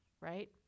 right